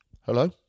hello